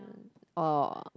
or